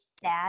sad